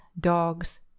dogs